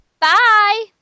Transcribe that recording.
Bye